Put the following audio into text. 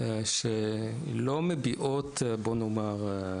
שבואו נאמר,